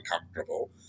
uncomfortable